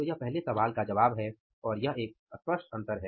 तो यह पहले सवाल का जवाब है और यह एक स्पष्ट अंतर है